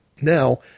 Now